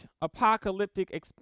apocalyptic